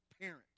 parent